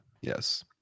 Yes